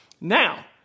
Now